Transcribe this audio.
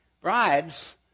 bribes